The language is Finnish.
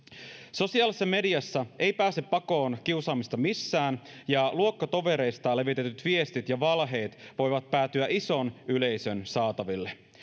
sosiaalisessa mediassa ei pääse pakoon kiusaamista missään ja luokkatovereista levitetyt viestit ja valheet voivat päätyä ison yleisön saataville